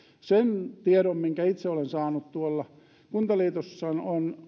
se tieto minkä itse olen saanut tuolla kuntaliitossa